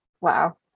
Wow